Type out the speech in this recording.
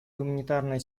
гуманитарная